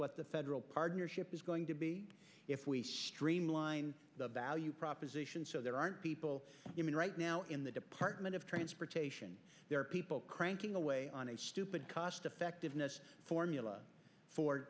what the federal partnership is going to be if we streamline the proposition so there aren't people human right now in the department of transportation there are people cranking away on a stupid cost effectiveness formula